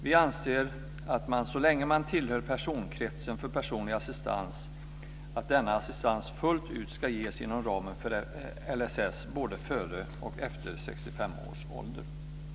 Vi anser att assistansen, så länge man tillhör personkretsen för personlig assistans, fullt ut ska ges inom ramen för LSS både före och efter 65 års ålder.